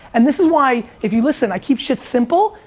and this is why if you listen, i keep shit simple,